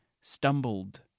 stumbled